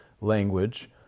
language